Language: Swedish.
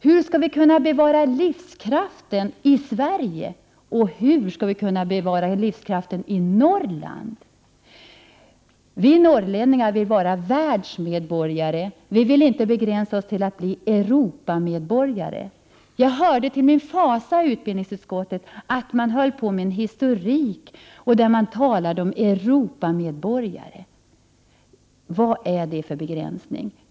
Hur skall vi kunna bevara livskraften i Sverige, och hur skall vi kunna bevara livskraften i Norrland? Vi norrlänningar vill vara världsmedborgare, vi vill inte begränsa oss till att bli Europamedborgare. Jag hörde till min fasa i utbildningsutskottet att man höll på att utarbeta en historik där man talade om Europamedborgare. Vad är detta för begränsning?